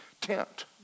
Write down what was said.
tent